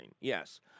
Yes